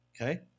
okay